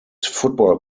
football